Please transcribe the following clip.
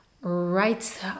right